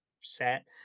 set